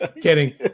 kidding